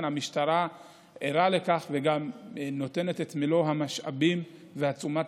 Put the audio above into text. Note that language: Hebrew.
המשטרה ערה לכך וגם נותנת את מלוא המשאבים ותשומת